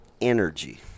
energy